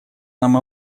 нам